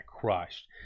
crushed